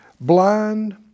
blind